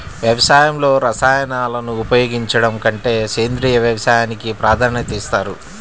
వ్యవసాయంలో రసాయనాలను ఉపయోగించడం కంటే సేంద్రియ వ్యవసాయానికి ప్రాధాన్యత ఇస్తారు